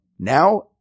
now